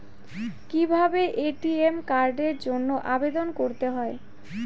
কিভাবে এ.টি.এম কার্ডের জন্য আবেদন করতে হয়?